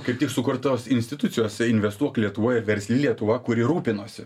kaip tik sukurtos institucijos investuok lietuvoje ir versli lietuva kuri rūpinosi